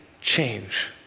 change